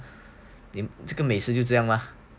这个每次都这样吧